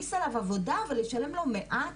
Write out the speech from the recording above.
להעמיס עליו עבודה ולשלם לו מעט.